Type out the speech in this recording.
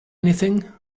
anything